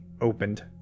opened